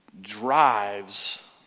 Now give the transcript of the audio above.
drives